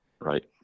right